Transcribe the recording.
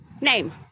Name